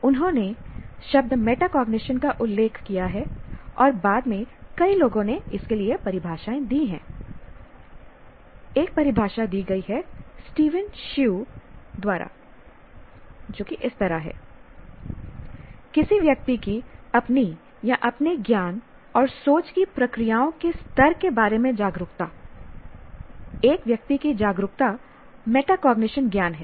उन्होंने शब्द मेटकॉग्निशन का उल्लेख किया है और बाद में कई लोगों ने इसके लिए परिभाषाएँ दी हैं एक परिभाषा दी गई है स्टीफन सीयू द्वारा किसी व्यक्ति की अपनी या अपने ज्ञान और सोच की प्रक्रियाओं के स्तर के बारे में जागरूकता एक व्यक्ति की जागरूकता मेटकॉग्निशन ज्ञान है